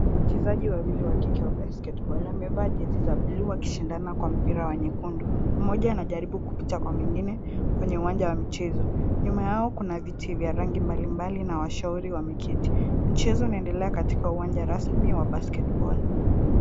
Wachezaji wawili wa kike wa basketball wamevaa jezi za bluu, wakishindana kwa mpira wa nyekundu. Mmoja anajaribu kupita kwa mwingine kwenye uwanja wa michezo. Nyuma yao kuna viti vya rangi mbali mbali na washauri wameketi. Mchezo unaendelea katika uwanja rasmi wa basketball .